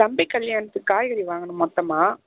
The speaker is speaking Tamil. தம்பி கல்யாணத்துக்கு காய்கறி வாங்கணும் மொத்தமாக